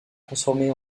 transformée